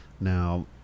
Now